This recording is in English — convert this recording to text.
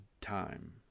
time